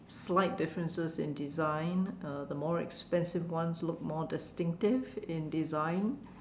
slight differences in design uh the more expensive ones look more distinctive in design